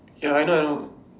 ya I know I know